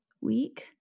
week